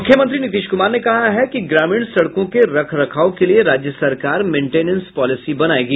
मुख्यमंत्री नीतीश कुमार ने कहा है कि ग्रामीण सड़कों के रखरखाव के लिए राज्य सरकार मेंटेनस पॉलिसी बनायेगी